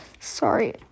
Sorry